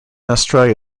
australia